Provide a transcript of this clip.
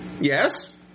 Yes